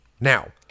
Now